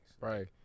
Right